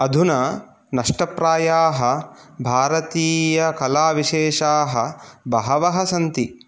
अधुना नष्टप्रायाः भारतीयकलाविषेषाः बहवः सन्ति